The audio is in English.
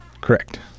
Correct